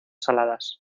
saladas